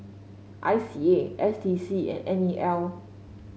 I C A S D C and N E L